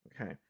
Okay